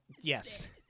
yes